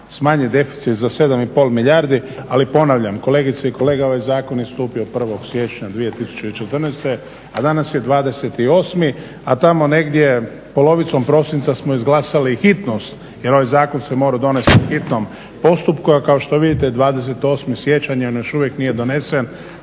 smanjit deficit za 7,5 milijardi. Ali ponavljam kolegice i kolege, ovaj zakon je stupio 1. siječnja 2014., a danas je 28., a tamo negdje polovicom prosinca smo izglasali hitnost jer ovaj zakon se morao donijet po hitnom postupu, a kao što vidite 28. siječanj on još uvijek nije donesen.